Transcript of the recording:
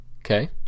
okay